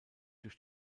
durch